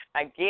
Again